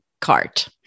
cart